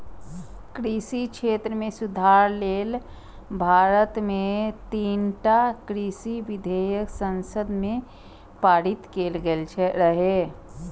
कृषि क्षेत्र मे सुधार लेल भारत मे तीनटा कृषि विधेयक संसद मे पारित कैल गेल रहै